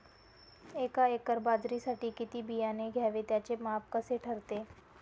एका एकर बाजरीसाठी किती बियाणे घ्यावे? त्याचे माप कसे ठरते?